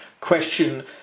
question